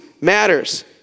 matters